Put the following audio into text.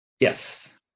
Yes